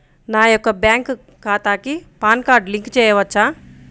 నా యొక్క బ్యాంక్ ఖాతాకి పాన్ కార్డ్ లింక్ చేయవచ్చా?